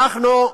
אנחנו,